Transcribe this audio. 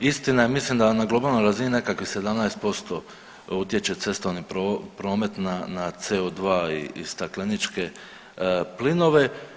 Istina je, mislim da na globalnoj razini nekakvih 17% utječe cestovni promet na CO2 i stakleničke plinove.